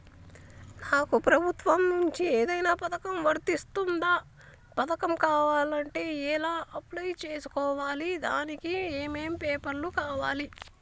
నాకు ప్రభుత్వం నుంచి ఏదైనా పథకం వర్తిస్తుందా? పథకం కావాలంటే ఎలా అప్లై చేసుకోవాలి? దానికి ఏమేం పేపర్లు కావాలి?